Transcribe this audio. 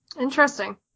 interesting